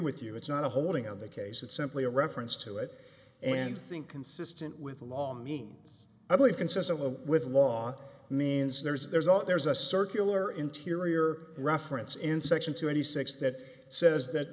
with you it's not a holding of the case it's simply a reference to it and i think consistent with the law means i believe consistent with law means there's there's a lot there's a circular interior reference in section twenty six that says that